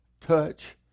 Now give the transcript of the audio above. touch